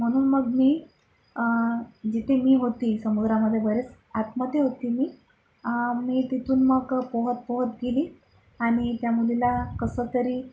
म्हणून मग मी जिथे मी होते समुद्रामध्ये बरेच आतमध्ये होते मी मी तिथून मग पोहत पोहत गेले आणि त्या मुलीला कसंतरी